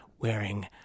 wearing